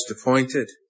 appointed